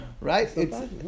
right